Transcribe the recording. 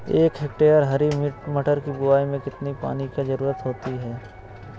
एक हेक्टेयर हरी मटर की बुवाई में कितनी पानी की ज़रुरत होती है?